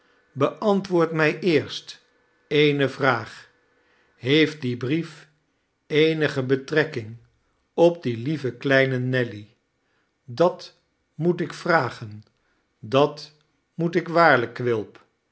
beantwoord mij eerst eene vraag heeft die brief eenige betrekking op die lieve kleine nelly dat moet ik vragen dat moet ik waarlijk quilp